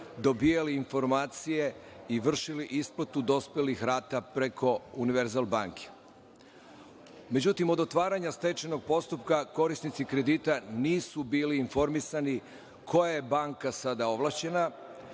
dobijali informacije i vršili isplatu dospelih rata preko Univerzal banke. Međutim, do otvaranja stečajnog postupka korisnici kredita nisu bili informisani koja je banka sada ovlašćena,